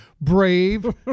brave